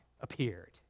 appeared